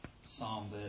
psalm